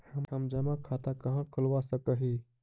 हम जमा खाता कहाँ खुलवा सक ही?